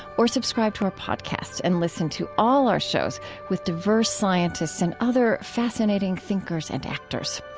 or subscribe to our podcast and listen to all our shows with diverse scientists and other fascinating thinkers and actors.